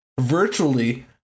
Virtually